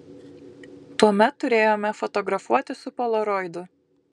tuomet turėjome fotografuoti su polaroidu